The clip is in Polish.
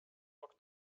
rok